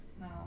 No